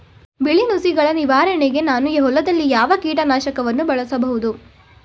ಬಿಳಿ ನುಸಿಗಳ ನಿವಾರಣೆಗೆ ನಾನು ಹೊಲದಲ್ಲಿ ಯಾವ ಕೀಟ ನಾಶಕವನ್ನು ಬಳಸಬಹುದು?